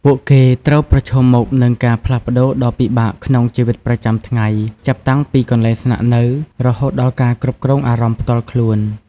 ពួកគេត្រូវប្រឈមមុខនឹងការផ្លាស់ប្ដូរដ៏ពិបាកក្នុងជីវិតប្រចាំថ្ងៃ ចាប់តាំងពីកន្លែងស្នាក់នៅ រហូតដល់ការគ្រប់គ្រងអារម្មណ៍ផ្ទាល់ខ្លួន។